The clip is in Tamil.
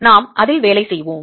நாம் அதில் வேலை செய்வோம்